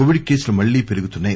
Covid కేసులు మళ్లీ పెరుగుతున్నాయి